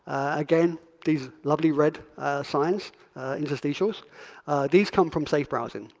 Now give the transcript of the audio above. again, these lovely red signs interstitial these come from safe browsing.